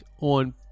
on